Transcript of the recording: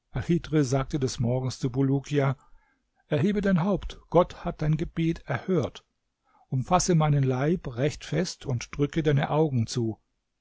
sagte des morgens zu bulukia erhebe dein haupt gott hat dein gebet erhört umfasse meinen leib recht fest und drücke deine augen zu